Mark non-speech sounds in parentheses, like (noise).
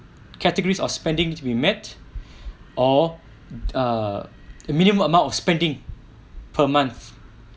categories of spending to be met (breath) or err the minimum amount of spending per month